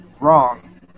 Wrong